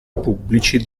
pubblici